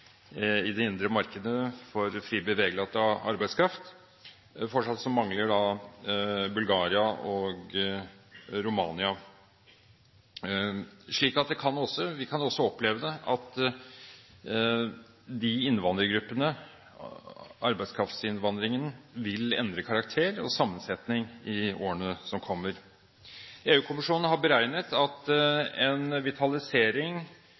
indre markedet for fri bevegelighet av arbeidskraft. Fortsatt mangler Bulgaria og Romania, så vi kan også oppleve at de innvandrergruppene, arbeidskraftinnvandringene, vil endre karakter og sammensetning i årene som kommer. EU-kommisjonen har beregnet at en vitalisering